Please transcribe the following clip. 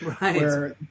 Right